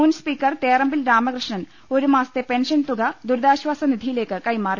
മുൻ സ്പീക്കർ തേറമ്പിൽ രാമകൃഷ്ണൻ ഒരു മാസത്തെ പെൻഷൻ തുക ദുരിതാശ്വാസ നിധിയിലേക്ക് കൈമാറി